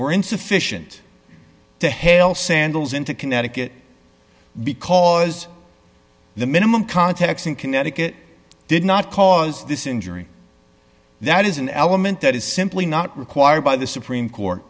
were insufficient to hail sandals into connecticut because the minimum contacts in connecticut did not cause this injury that is an element that is simply not required by the supreme court